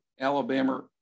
Alabama